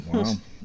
Wow